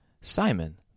Simon